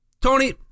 Tony